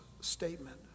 statement